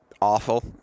awful